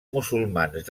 musulmans